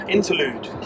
Interlude